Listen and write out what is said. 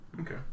Okay